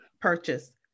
purchase